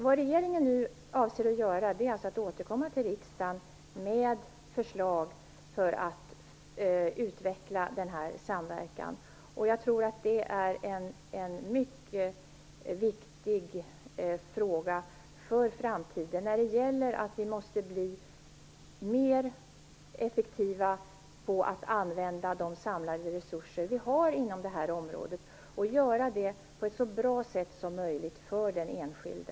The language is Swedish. Vad regeringen nu avser att göra är att återkomma till riksdagen med förslag för att utveckla denna samverkan. Jag tror att det är en mycket viktig fråga för framtiden, att vi måste bli mer effektiva i fråga om att använda de samlade resurser vi har inom det här området och göra det på ett så bra sätt som möjligt för den enskilde.